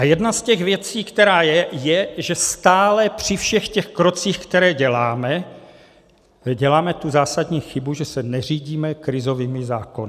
Jedna z těch věcí, která je, je, že stále při všech těch krocích, které děláme, děláme tu zásadní chybu, že se neřídíme krizovými zákony.